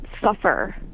suffer